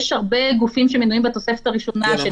יש הרבה גופים שמנויים בתוספת הראשונה,